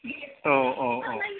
औ औ औ